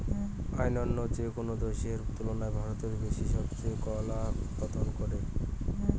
অইন্য যেকোনো দেশের তুলনায় ভারত সবচেয়ে বেশি কলা উৎপাদন করে